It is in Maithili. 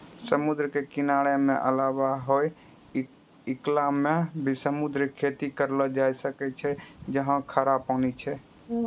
समुद्र के किनारा के अलावा हौ इलाक मॅ भी समुद्री खेती करलो जाय ल सकै छै जहाँ खारा पानी छै